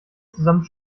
zusammen